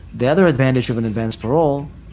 the other advantage of an advance parole